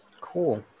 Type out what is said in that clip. Cool